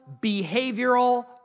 behavioral